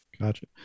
Gotcha